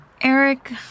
Eric